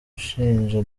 ushinja